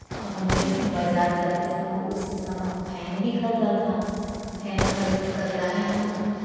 और हमने बाजार जाते समय उसी समय फैन भी खरीदा था फैन खरीदकर लाए हम